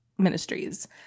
ministries